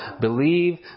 believe